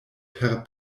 per